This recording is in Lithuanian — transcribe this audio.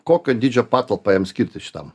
kokio dydžio patalpą jam skirti šitam